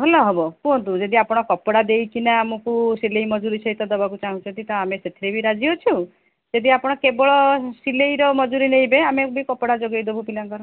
ଭଲ ହେବ କୁହନ୍ତୁ ଯଦି ଆପଣ କପଡ଼ା ଦେଇକିନା ଆମକୁ ସିଲେଇ ମଜୁରୀ ସହିତ ଦେବାକୁ ଚାହୁଁଛନ୍ତି ତା'ହେଲେ ଆମେ ସେଥିରେ ବି ରାଜି ଅଛୁ ଯଦି ଆପଣ କେବଳ ସିଲାଇର ମଜୁରୀ ନେବେ ଆମେ ବି କପଡ଼ା ଯୋଗାଇ ଦେବୁ ପିଲାଙ୍କର